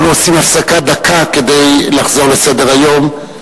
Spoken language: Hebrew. אנחנו עושים הפסקה דקה כדי לחזור לסדר-היום,